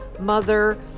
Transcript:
mother